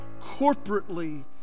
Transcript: corporately